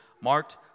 marked